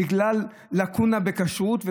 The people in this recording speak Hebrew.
בגלל לקונה בכשרות,